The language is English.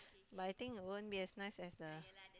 but I think won't be as nice as the